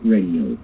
Radio